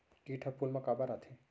किट ह फूल मा काबर आथे?